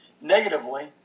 negatively